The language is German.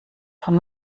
von